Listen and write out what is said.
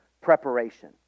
preparation